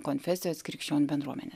konfesijos krikščionių bendruomenė